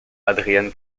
adrian